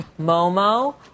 momo